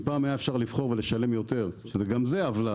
אם פעם היה אפשר לבחור ולשלם יותר שגם זאת עוולה